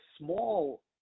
small